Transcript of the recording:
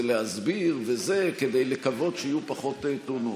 להסביר וזה כדי לקוות שיהיו פחות תאונות.